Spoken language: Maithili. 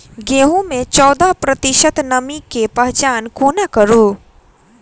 गेंहूँ मे चौदह प्रतिशत नमी केँ पहचान कोना करू?